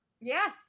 Yes